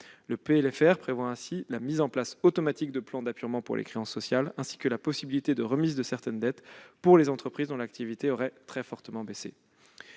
Le PLFR prévoit ainsi la mise en place automatique de plans d'apurement pour les créances sociales, ainsi que la possibilité de remise de certaines dettes pour les entreprises dont l'activité aurait très fortement baissé.